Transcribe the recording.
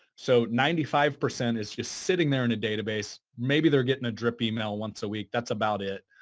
so, ninety five percent is just sitting there in a database, maybe they're getting a drip email once a week. that's about it.